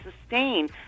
sustain